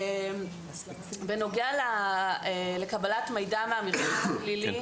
בנוגע לקבלת מידע מהמרשם הפלילי